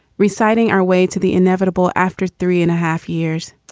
reciting our way to the inevitable after three and a half years.